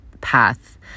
path